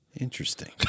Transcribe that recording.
Interesting